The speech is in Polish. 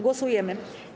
Głosujemy.